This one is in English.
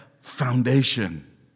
foundation